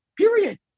Period